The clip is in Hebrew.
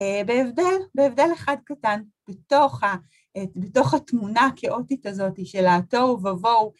בהבדל, בהבדל אחד קטן בתוך התמונה הכאוטית הזאתי של התוהו ובוהו.